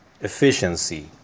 efficiency